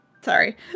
sorry